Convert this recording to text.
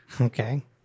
Okay